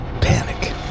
panic